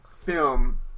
film